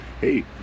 Hey